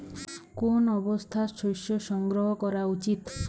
কোন অবস্থায় শস্য সংগ্রহ করা উচিৎ?